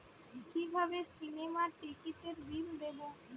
কিভাবে সিনেমার টিকিটের বিল দেবো?